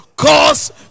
Cause